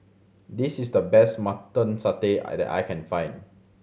this is the best Mutton Satay I that I can find